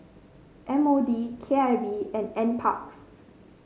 M O D K I V and NParks